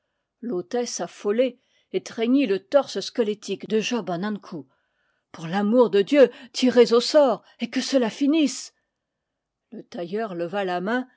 l'hôtesse affolée étreignit le torse squelettique de job an ankou pour l'amour de dieu tirez au sort et que cela finisse le tailleur leva la main